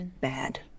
bad